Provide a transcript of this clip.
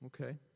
Okay